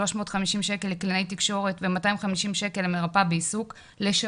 350 שקל לקלינאית תקשורת ו-250 שקל למרפאה בעיסוק לשבוע.